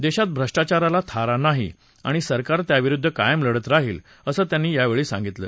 देशात भ्रष्टाचाराला थारा नाही आणि सरकार त्याविरुद्ध कायम लढत राहील असं त्यांनी यावेळी सांगितलं